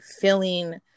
feeling